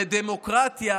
ודמוקרטיה